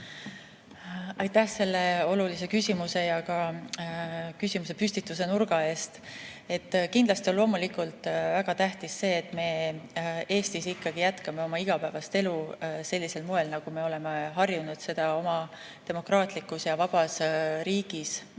Aitäh selle olulise küsimuse ja ka küsimusepüstituse nurga eest! Kindlasti on väga tähtis see, et me Eestis ikkagi jätkame oma igapäevast elu sellisel moel, nagu me oleme harjunud seda oma demokraatlikus ja vabas riigis tegema.